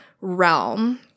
realm